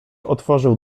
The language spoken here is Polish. otworzył